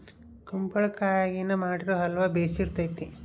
ಕುಂಬಳಕಾಯಗಿನ ಮಾಡಿರೊ ಅಲ್ವ ಬೆರ್ಸಿತತೆ